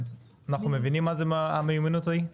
אנחנו מבינים מה זה המהימנות ההיא?